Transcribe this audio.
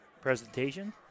presentation